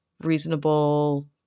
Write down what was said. reasonable